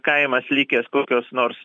kaimas likęs kokios nors